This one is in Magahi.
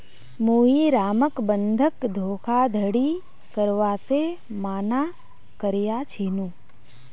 मुई रामक बंधक धोखाधड़ी करवा से माना कर्या छीनु